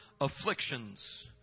afflictions